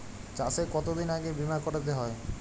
চাষে কতদিন আগে বিমা করাতে হয়?